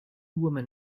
women